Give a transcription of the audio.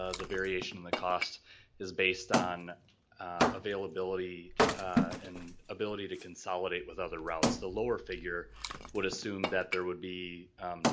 ah the variation of the cost is based on availability and ability to consolidate with other routes. the lower figure would assume that there would be